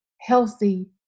healthy